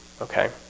Okay